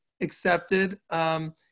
accepted